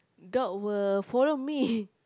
dog will follow me